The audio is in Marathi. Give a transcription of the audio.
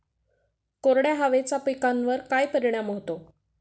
कोरड्या हवेचा पिकावर काय परिणाम होतो?